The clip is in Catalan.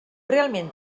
realment